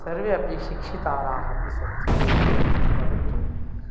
सर्वे अपि शिक्षिताराः अपि सन्ति परन्तु